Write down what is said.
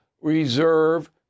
reserve